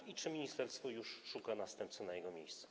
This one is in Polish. I czy ministerstwo już szuka następcy na jego miejsce?